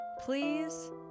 Please